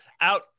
out